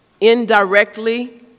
indirectly